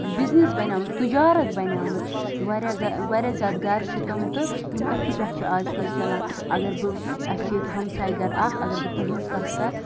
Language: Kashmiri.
بِزنٮ۪س بَنیٚومُت تجارَت بَنیمٕژ واریاہ گَر واریاہ زیادٕ گَرٕ چھِ تِم تہٕ یِم أتھی پٮ۪ٹھ چھِ آزکَل چَلان اَگَر بہٕ اَسہِ چھِ ییٚتہِ ہَمساے گَرٕ اکھ اَگَر بہٕ تِہٕنٛز کتھ کَرٕ